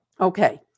Okay